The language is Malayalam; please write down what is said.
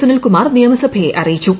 സുനിൽകുമാർ നിയമസഭയെ അറിയിച്ചു